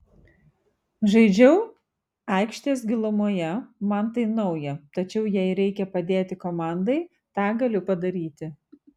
žaidžiau aikštės gilumoje man tai nauja tačiau jei reikia padėti komandai tą galiu padaryti